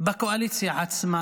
בקואליציה עצמה,